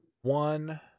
one